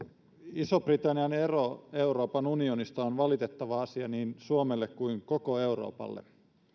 ison britannian ero euroopan unionista on valitettava asia niin suomelle kuin koko euroopalle